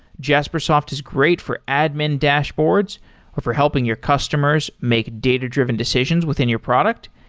jaspersoft is great for admin dashboards or for helping your customers make data-driven decisions within your product,